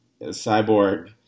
Cyborg